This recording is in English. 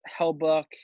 Hellbuck –